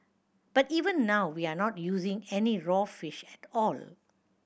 but even now we are not using any raw fish at all